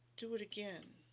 do it again.